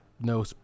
no